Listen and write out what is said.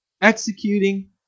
executing